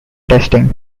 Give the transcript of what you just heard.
testing